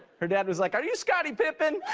her dad was like are you scottie pipen.